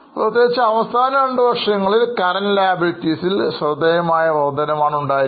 പ്രത്യേകിച്ചും അവസാനത്തെ രണ്ടുവർഷങ്ങളിൽ current Liabilities കളിൽ ശ്രദ്ധേയമായ വർധനവ് ഉണ്ടായിരിക്കുന്നത്